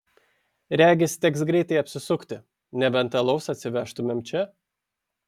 regis teks greitai apsisukti nebent alaus atsivežtumėm čia